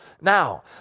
Now